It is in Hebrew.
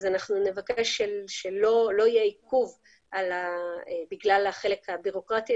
אנחנו נבקש שלא יהיה עיכוב בגלל החלק הבירוקרטי